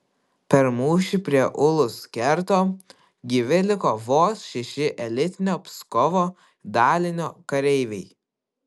per mūšį prie ulus kerto gyvi liko vos šeši elitinio pskovo dalinio kareiviai